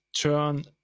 turn